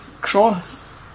cross